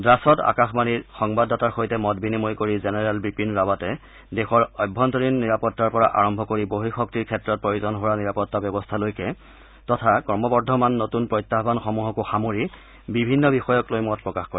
ড়াছত আকাশবাণীৰ সংবাদদাতাৰ সৈতে মত বিনিময় কৰি জেনেৰেল বিপিন ৰাৱাটে দেশৰ আভ্যন্তৰীণ নিৰাপত্তাৰ পৰা আৰম্ভ কৰি বহিশক্তিৰ ক্ষেত্ৰত প্ৰয়োজন হোৱা নিৰাপত্তা ব্যৱস্থালৈকে তথা ক্ৰমবৰ্ধমান নতুন প্ৰত্যায়নসমূহকো সামৰি বিভিন্ন বিষয়ক লৈ মত প্ৰকাশ কৰে